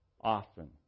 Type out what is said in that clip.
often